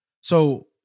So-